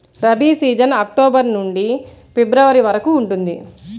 rabi season October నుండి February వరకు ఉంటుంది